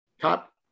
Top